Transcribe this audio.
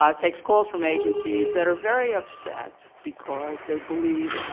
um takes calls from agencies that are very upset because they believe.